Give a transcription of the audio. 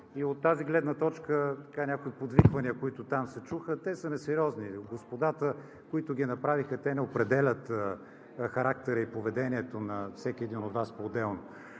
И от тази гледна точка някои подвиквания, които там се чуха, са несериозни. Господата, които ги направиха, не определят характера и поведението на всеки един от Вас поотделно.